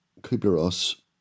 Kubler-Ross